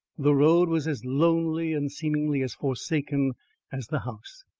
the road was as lonely and seemingly as forsaken as the house.